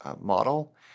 model